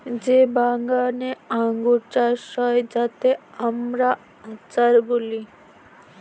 যে বাগানে আঙ্গুর চাষ হয় যাতে আমরা আচার বলি